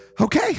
Okay